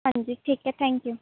ਹਾਂਜੀ ਠੀਕ ਹੈ ਥੈਂਕ ਯੂ